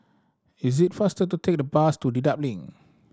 is it faster to take the bus to Dedap Link